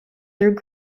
through